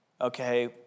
okay